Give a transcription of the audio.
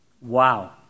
Wow